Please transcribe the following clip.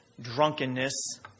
drunkenness